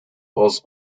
was